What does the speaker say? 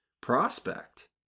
prospect